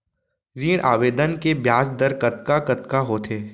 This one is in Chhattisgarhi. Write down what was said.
ऋण आवेदन के ब्याज दर कतका कतका होथे?